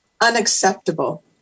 unacceptable